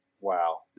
Wow